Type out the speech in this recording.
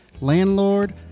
landlord